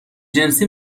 جنسی